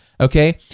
Okay